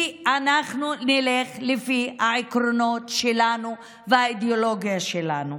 כי אנחנו נלך לפי העקרונות שלנו והאידיאולוגיה שלנו.